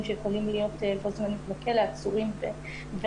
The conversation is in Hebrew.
שיכולים להיות בו זמנית בכלא אסורים ועצורים.